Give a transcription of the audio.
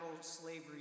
slavery